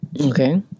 Okay